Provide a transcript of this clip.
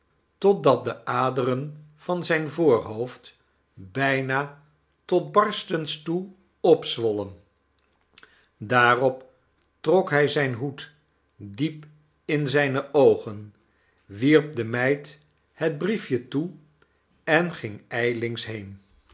totdat de aderen van zijn voorhoofd bijna tot barstens toe opzwollen daarop trok hij zijn hoed diep in zijne oogen wierp de meid het briefje toe en gingij lings heen